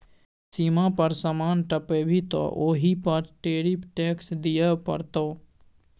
सीमा पर समान टपेभी तँ ओहि पर टैरिफ टैक्स दिअ पड़तौ